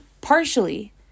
partially